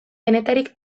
denetarik